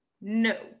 no